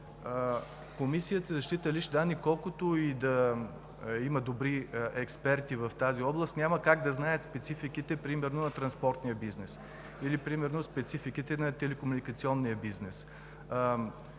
Комисията за защита на личните данни, колкото и да има добри експерти в тази област, няма как да знае спецификите например на транспортния бизнес или на телекомуникационния бизнес.